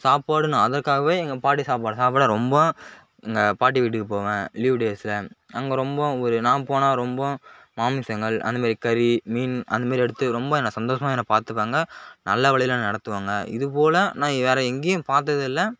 சாப்பாடு நான் அதற்காகவே எங்கள் பாட்டி சாப்பாடு சாப்பிட ரொம்ப எங்கள் பாட்டி வீட்டுக்கு போவேன் லீவ் டேஸ்ல அங்கே ரொம்ப ஒரு நாள் போனால் ரொம்ப மாமிசங்கள் அந்தமாரி கறி மீன் அந்தமாரி எடுத்து ரொம்ப என்ன சந்தோஷமாக என்ன பார்த்துப்பாங்க நல்ல வழியில என்னை நடத்துவாங்க இதுபோல் நான் வேறு எங்கேயும் பார்த்ததில்ல